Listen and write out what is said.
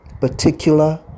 particular